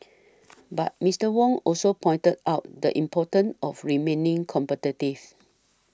but Mister Wong also pointed out the importance of remaining competitive